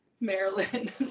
Maryland